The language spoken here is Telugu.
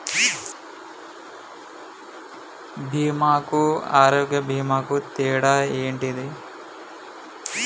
బీమా కు ఆరోగ్య బీమా కు తేడా ఏంటిది?